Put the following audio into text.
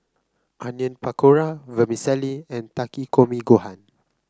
Onion Pakora Vermicelli and Takikomi Gohan